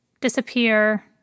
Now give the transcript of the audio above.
disappear